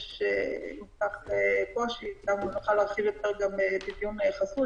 יש בכך קושי, ונוכל להרחיב בדיון חסוי.